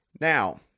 Now